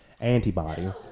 antibody